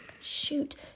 Shoot